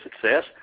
success